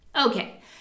Okay